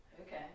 okay